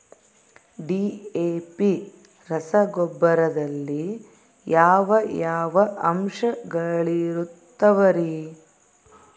DAP ರಸಗೊಬ್ಬರದಲ್ಲಿ ಯಾವ ಯಾವ ಅಂಶಗಳಿರುತ್ತವರಿ?